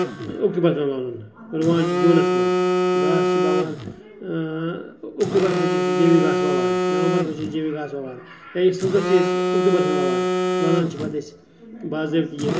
اَکتوٗبرَس منٛز وَوُن رُوان چھُ جوٗنَس منٛز گاسہٕ چھِ وَوان اَکتوٗبرَس منٛز چھِ أسۍ یہِ جیمی گاسہٕ وَوان نَومبرَس منٛز چھِ أسۍ جیمی گاسہٕ وَوان یا یہِ سٔندٕر چھِ أسی اَکتوٗبرَس منٛز وَوان لونان چھِ پَتہٕ أسۍ باضٲبِطہٕ یہِ